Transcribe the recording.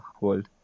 world